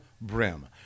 Brim